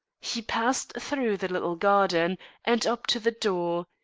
he passed through the little garden and up to the door.